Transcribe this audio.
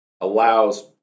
allows